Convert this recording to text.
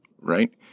right